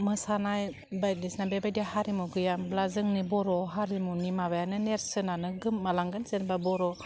मोसानाय बायदिसिना बेबायदि हारिमु गैयामोनब्ला जोंंनि बर' हारिमुनि माबायनो नेर्सोनानो गोमालांगोन सोरबा बर'